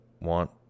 want